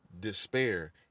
despair